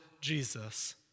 Jesus